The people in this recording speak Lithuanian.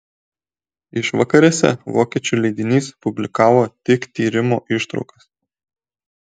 išvakarėse vokiečių leidinys publikavo tik tyrimo ištraukas